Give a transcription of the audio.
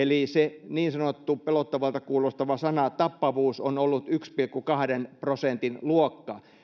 eli se pelottavalta kuulostava sana niin sanottu tappavuus on ollut yhden pilkku kahden prosentin luokkaa